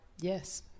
yes